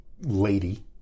lady